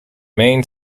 main